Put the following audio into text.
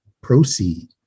proceed